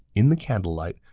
in the candlelight,